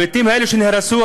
הבתים האלה שנהרסו,